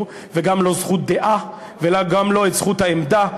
וגם לא זכות דעה וגם לא את זכות העמדה.